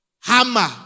hammer